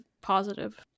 positive